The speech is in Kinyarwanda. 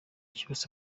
cyose